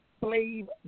slave